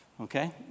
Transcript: okay